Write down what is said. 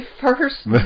first